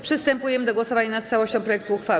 Przystępujemy do głosowania nad całością projektu uchwały.